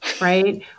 Right